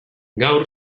gaur